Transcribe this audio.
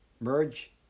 merge